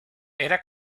era